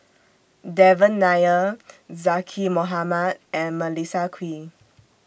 Devan Nair Zaqy Mohamad and Melissa Kwee